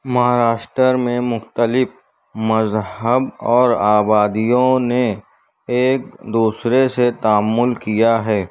مہاراشٹرا میں مختلف مذہب اور آبادیوں نے ایک دوسرے سے تعامل کیا ہے